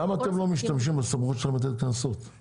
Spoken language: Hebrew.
למה אתם לא משתמשים בסמכות שלכם לתת קנסות,